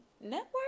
network